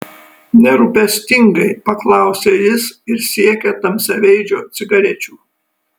nerūpestingai paklausė jis ir siekė tamsiaveidžio cigarečių